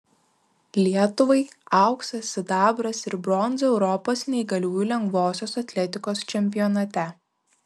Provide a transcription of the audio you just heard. lietuvai auksas sidabras ir bronza europos neįgaliųjų lengvosios atletikos čempionate